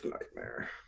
nightmare